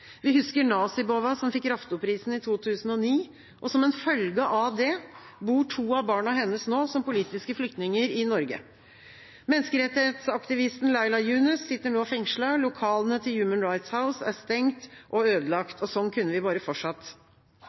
Vi husker Nasibova, som fikk Raftoprisen i 2009. Som en følge av det bor to av barna hennes nå som politiske flyktninger i Norge. Menneskerettighetsaktivisten Leyla Yunus sitter nå fengslet. Lokalene til Human Rights House er stengt og ødelagt. Og sånn kunne vi bare fortsatt.